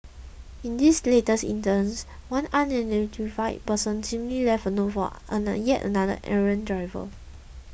in this latest instance one unidentified person similarly left a note for yet another errant driver